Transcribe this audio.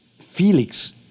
Felix